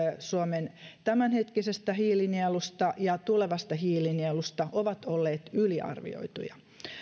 suomen tämänhetkisestä hiilinielusta ja tulevasta hiilinielusta ovat olleet yliarvioituja